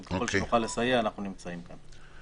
וככל שנוכל לסייע אנחנו נמצאים כאן.